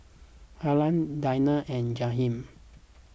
Halle Dina and Jahiem